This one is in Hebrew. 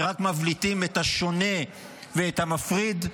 ורק מבליטים את השונה ואת המפריד,